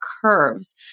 curves